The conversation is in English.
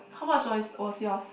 how much was was yours